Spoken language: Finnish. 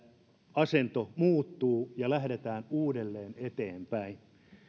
asento muuttuu ja lähdetään uudelleen eteenpäin